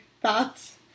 thoughts